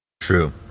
True